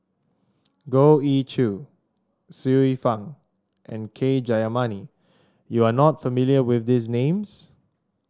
Goh Ee Choo Xiu Fang and K Jayamani you are not familiar with these names